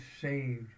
saved